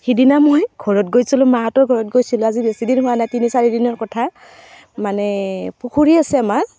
সিদিনা মই ঘৰত গৈছিলো মাহঁতৰ ঘৰত গৈছিলো আজি বেছি দিন হোৱা নাই তিনি চাৰি দিনৰ কথা মানে পুখুৰী আছে আমাৰ